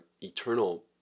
eternal